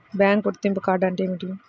Bank గుర్తింపు card అంటే ఏమిటి?